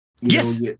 yes